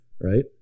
right